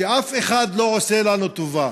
שאף אחד לא עושה לנו טובה.